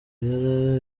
yari